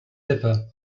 lippe